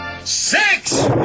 six